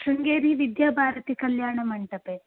Sringeri विद्याभारतीकल्याणमण्टपे